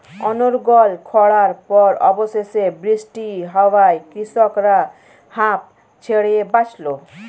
অনর্গল খড়ার পর অবশেষে বৃষ্টি হওয়ায় কৃষকরা হাঁফ ছেড়ে বাঁচল